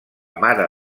mare